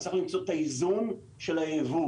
צריך למצוא את האיזון של הייבוא